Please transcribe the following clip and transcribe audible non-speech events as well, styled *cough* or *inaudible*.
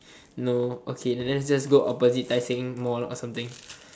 *breath* no okay then let's just go opposite Tai-Seng mall or something